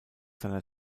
seiner